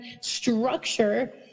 structure